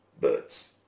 birds